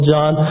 John